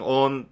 on